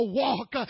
walk